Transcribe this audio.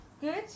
Good